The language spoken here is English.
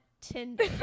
tinder